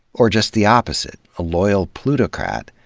or, just the opposite, a loyal plutocrat,